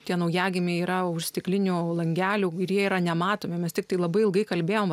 tie naujagimiai yra už stiklinių langelių kurie yra nematomi mes tiktai labai ilgai kalbėjome